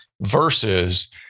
versus